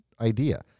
idea